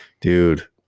dude